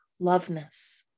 loveness